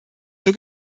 zur